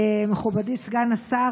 מכובדי סגן השר,